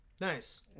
Nice